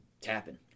tapping